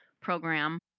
program